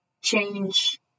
change